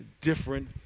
different